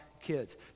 kids